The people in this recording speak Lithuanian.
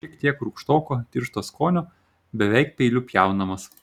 šiek tiek rūgštoko tiršto skonio beveik peiliu pjaunamas